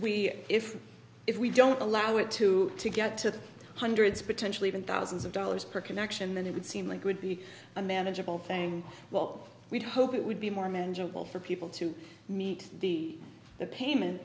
we if if we don't allow it to to get to the hundreds potentially even thousands of dollars per connection then it would seem like good be a manageable thing well we'd hope it would be more manageable for people to meet the the payment